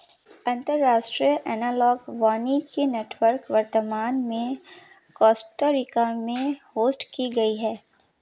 अंतर्राष्ट्रीय एनालॉग वानिकी नेटवर्क वर्तमान में कोस्टा रिका में होस्ट की गयी है